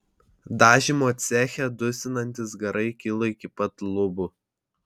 dažymo ceche dusinantys garai kilo iki pat lubų